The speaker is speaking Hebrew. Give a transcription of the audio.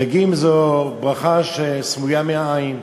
הדגים זו ברכה שסמויה מן העין.